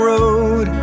road